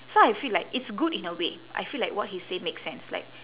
so I feel like it's good in a way I feel like what he say makes sense like